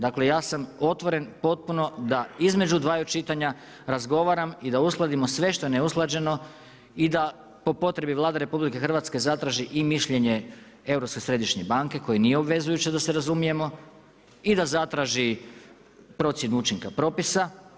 Dakle, ja sam otvoren potpuno da između dvaju čitanja razgovaram i da uskladimo sve što je neusklađeno i da po potrebi Vlade RH zatraži i mišljenje Europske središnje banke koje nije obvezujuće da se razumijemo i da zatraži procjenu učinka propisa.